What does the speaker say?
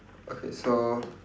okay so